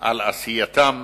על עשייתם